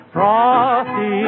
Frosty